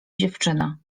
dziewczyna